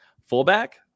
Fullback